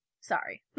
Sorry